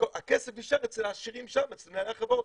הכסף נשאר אצל העשירים שם, אצל מנהלי החברות.